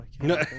No